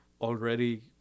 already